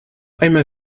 einmal